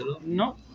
No